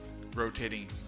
rotating